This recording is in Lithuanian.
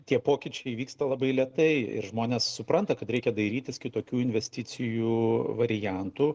tie pokyčiai vyksta labai lėtai ir žmonės supranta kad reikia dairytis kitokių investicijų variantų